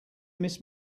miss